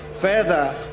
further